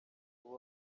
ubu